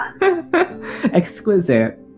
Exquisite